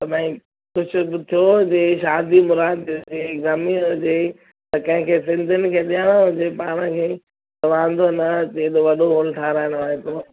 त भई कुझु बि थियो हुजे शादी मुरादी गमी हुजे त कंहिंखे सिंधियुनि खे ॼणो हुजे पाण खे वांदो न हसि एॾो वॾो हॉल ठाहिराइणो आहे हिकिड़ो